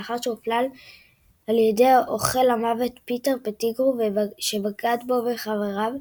לאחר שהופלל על ידי אוכל המוות פיטר פטיגרו שבגד בו ובחבריו,